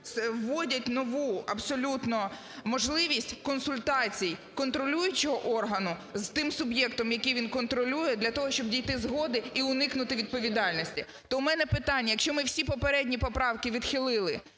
вводять нову абсолютно можливість консультацій контролюючого органу з тим суб'єктом, який він контролює для того, щоб дійти згоди і уникнути відповідальності. То у мене питання: якщо ми всі попередні поправки відхилили,